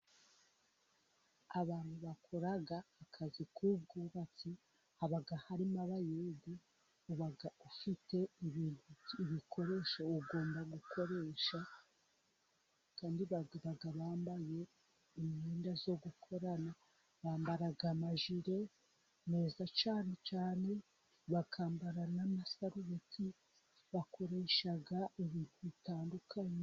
Abantu bakora akazi k'ubwubatsi haba harimo abayedi uba ufite ibintu, ibikoresho ugomba gukoresha. Kandi baba bambaye imyenda yo gukorana : bambara amajire meza cyane bakambara n'amasarubeti bakoresha ibintu bitandukanye.